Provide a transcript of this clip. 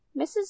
Mrs